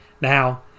Now